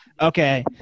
Okay